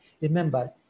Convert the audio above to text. Remember